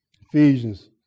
Ephesians